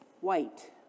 White